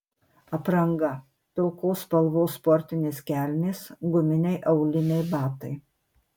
apranga pilkos spalvos sportinės kelnės guminiai auliniai batai